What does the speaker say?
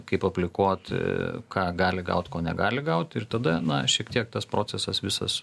kaip aplikuot ką gali gaut ko negali gaut ir tada na šiek tiek tas procesas visas